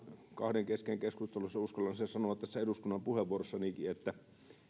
kahden kesken keskusteluissa uskallan sen sanoa tässä eduskunnan puheenvuorossanikin että